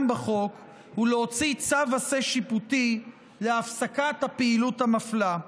בחוק ולהוציא צו עשה שיפוטי להפסקת הפעילות המפלה.